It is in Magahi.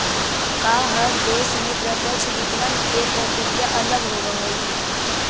का हर देश में प्रत्यक्ष विकलन के प्रक्रिया अलग होवऽ हइ?